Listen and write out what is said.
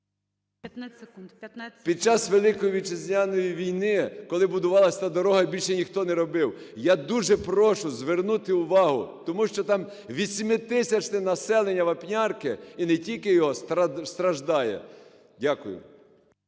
…під час Великої Вітчизняної війни, коли будувалась та дорога, її більше ніхто не робив. Я дуже прошу звернути увагу, тому що там восьмитисячне населення Вапнярки, і не тільки його, страждає. Дякую.